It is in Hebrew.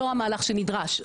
זה לא המהלך שנדרש.